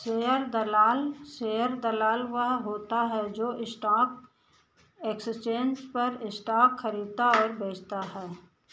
share दलाल share दलाल वह होता है जो स्टॉक एक्सचेंज पर स्टॉक खरीदता और बेचता है